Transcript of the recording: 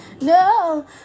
No